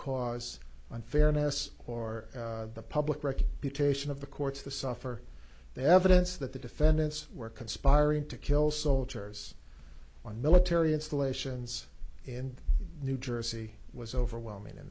cause unfairness or the public record taishan of the courts the sufferer the evidence that the defendants were conspiring to kill soldiers on military installations in new jersey was overwhelming in